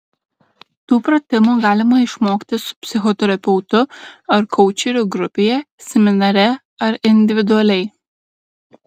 tų pratimų galima išmokti su psichoterapeutu ar koučeriu grupėje seminare ar individualiai